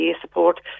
support